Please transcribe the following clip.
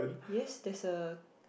yes there's a